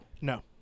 No